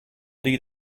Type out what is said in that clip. lead